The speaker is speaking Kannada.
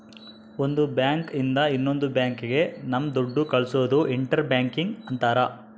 ಒಂದ್ ಬ್ಯಾಂಕ್ ಇಂದ ಇನ್ನೊಂದ್ ಬ್ಯಾಂಕ್ ಗೆ ನಮ್ ದುಡ್ಡು ಕಳ್ಸೋದು ಇಂಟರ್ ಬ್ಯಾಂಕಿಂಗ್ ಅಂತಾರ